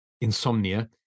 insomnia